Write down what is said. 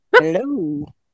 Hello